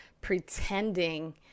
pretending